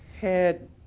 head